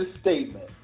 statement